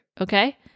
Okay